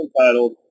entitled